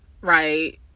right